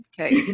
Okay